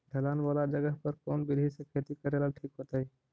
ढलान वाला जगह पर कौन विधी से खेती करेला ठिक होतइ?